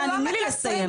תני לי לסיים.